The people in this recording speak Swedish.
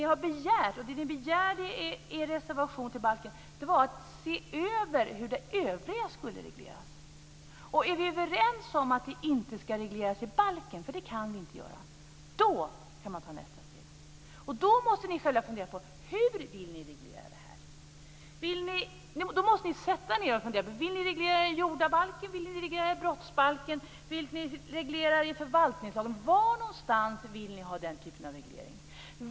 Vi kan se att det ni begärde i er reservation när det gällde balken var att man skulle se över hur det övriga skulle regleras. Om vi är överens om att detta inte ska regleras i balken - eftersom vi inte kan göra det - kan man ta nästa steg. Då måste ni själva fundera över hur ni vill reglera det här. Då måste ni sätta er ned och fundera. Vill ni reglera det i jordabalken? Vill ni reglera det i brottsbalken? Vill ni reglera det i förvaltningslagen? Var någonstans vill ni ha den typen av reglering?